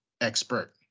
expert